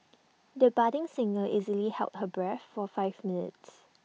the budding singer easily held her breath for five minutes